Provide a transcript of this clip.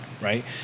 right